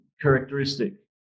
characteristic